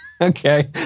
Okay